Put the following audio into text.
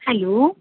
hello